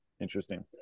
Interesting